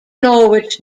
norwich